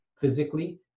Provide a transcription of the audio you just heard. Physically